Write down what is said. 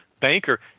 banker